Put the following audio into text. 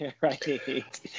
right